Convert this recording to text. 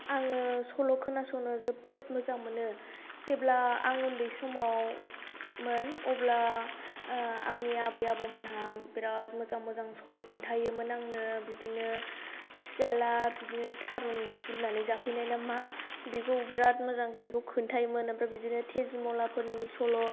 आङो सल' खोनासंनो जोबोद मोजां मोनो जेब्ला आं उन्दै समावमोन अब्ला आंनि आबै आबौमोन्हा बिरात मोजां मोजां सल' खिन्थायोमोन आंनो बिदिनो सियाला बिदिनो थारुन बुरनानै जाफैनाय ना मा बेखौ बिरात मोजां बेखौ खिन्थायोमोन ओमफ्राय बिदिनो तेजिम'लाफोरनि सल'